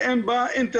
שאין בה אינטרנט.